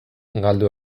galdu